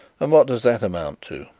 and what does that amount to?